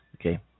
okay